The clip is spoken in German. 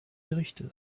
bericht